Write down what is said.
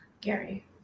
Gary